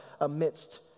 amidst